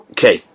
Okay